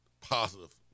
positive